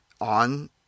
on